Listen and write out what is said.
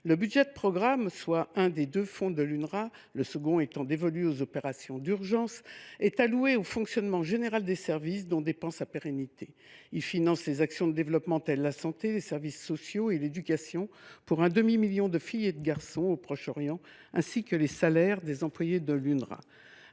Le budget de programme, soit un des deux fonds de l’UNRWA, le second étant dévolu aux opérations d’urgence, est alloué au fonctionnement général des services dont dépend sa pérennité. Il finance les actions de développement telles que la santé, les services sociaux et l’éducation pour un demi million de filles et de garçons au Proche Orient, ainsi que les salaires des employés de l’UNRWA.